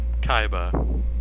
Kaiba